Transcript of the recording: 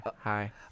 hi